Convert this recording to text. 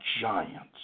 giants